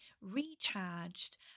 recharged